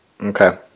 Okay